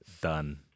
Done